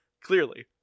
Clearly